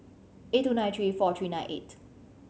eight two nine three four three nine eight